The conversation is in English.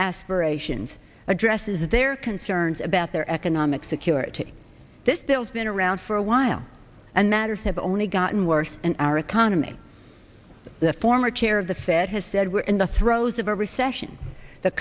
aspirations addresses their concerns about their economic security this bill's been around for a while and matters have only gotten worse and our economy the former chair of the fed has said we're in the throes of a recession the